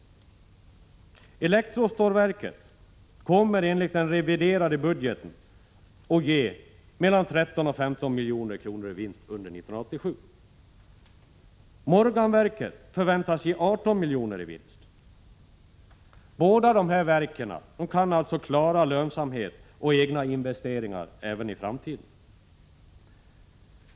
Elektrostålverket kommer enligt den reviderade budgeten att ge mellan 13 och 15 milj.kr. i vinst under 1987. Morganverket förväntas ge 18 miljoner i vinst. Båda de här verken kan alltså klara lönsamhet och egna investeringar även i framtiden.